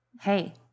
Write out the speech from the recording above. Hey